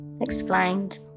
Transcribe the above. explained